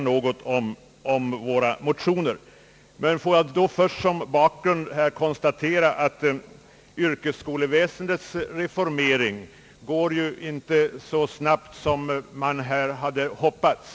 Först vill jag som en bakgrund till vad jag kommer att säga konstatera att yrkeskolväsendets reformering inte går så snabbt som man hade hoppats.